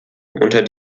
unter